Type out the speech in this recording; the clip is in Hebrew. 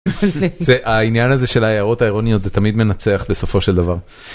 העניין הזה של ההערות האירוניות זה תמיד מנצח בסופו של דבר.